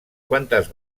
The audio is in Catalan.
quantes